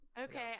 okay